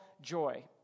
joy